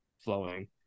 flowing